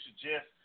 suggest